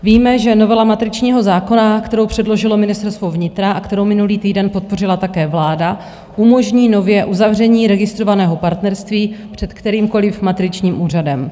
Víme, že novela matričního zákona, kterou předložilo Ministerstvo vnitra a kterou minulý týden podpořila také vláda, umožní nově uzavření registrovaného partnerství před kterýmkoliv matričním úřadem.